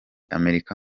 amerika